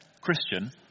Christian